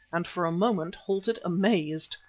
and for a moment halted amazed.